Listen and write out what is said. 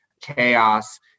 chaos